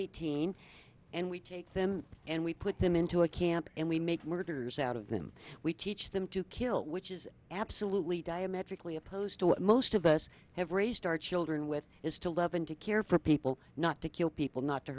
eighteen and we take them and we put them into a camp and we make murders out of them we teach them to kill which is absolutely diametrically opposed to what most of us have raised our children with is to love and to care for people not to kill people not to